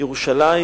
ירושלים